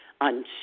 on